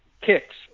kicks